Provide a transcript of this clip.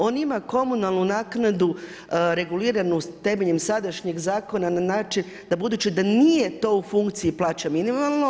On ima komunalnu naknadu, reguliranu temeljem sadašnjeg zakona, na način, da budući da nije to u funkciji plaće minimalno.